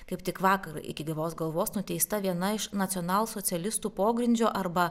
kaip tik vakar iki gyvos galvos nuteista viena iš nacionalsocialistų pogrindžio arba